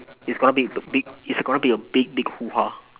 it's gonna be big it's gonna be a big big hoo ha